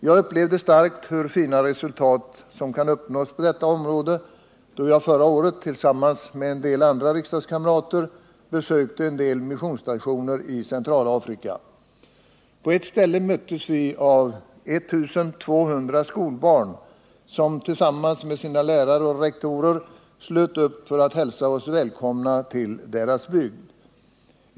Jag upplevde starkt hur fina resultat som kan uppnås på detta område, då jag förra året tillsammans med en del riksdagskamrater besökte några missionsstationer i Centralafrika. På ett ställe möttes vi av 1 200 skolbarn, som tillsammans med sina lärare och rektorer slöt upp för att hälsa oss välkomna till sin bygd.